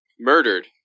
murdered